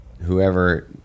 whoever